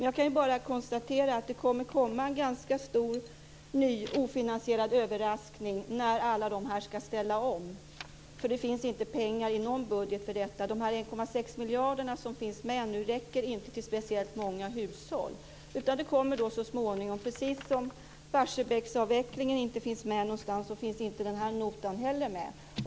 Jag kan bara konstatera att det kommer att bli en ganska stor ofinansierad överraskning när alla dessa skall ställa om. Det finns inte pengar i någon budget för detta. De 1,6 miljarder som finns med räcker inte till särskilt många hushåll. Precis som Barsebäcksavvecklingen inte finns med någonstans, finns inte heller den här notan med.